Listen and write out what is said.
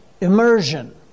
immersion